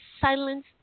silence